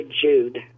Jude